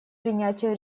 принятию